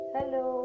Hello